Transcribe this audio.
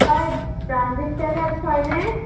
হয় প্ৰাঞ্জিত ট্ৰেভেলছ হয়নে